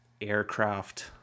aircraft